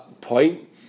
point